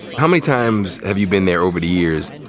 how many times have you been there over the years?